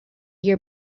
year